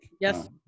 Yes